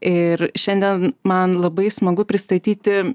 ir šiandien man labai smagu pristatyti